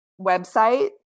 website